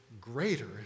greater